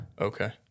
Okay